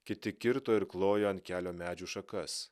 kiti kirto ir klojo ant kelio medžių šakas